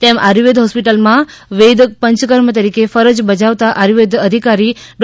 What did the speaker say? તેમ આયુર્વેદ હોસ્પિટલમાં વૈદ પંચકર્મ તરીકે ફરજ બજાવતા આયુર્વેદ અધિકારી ડો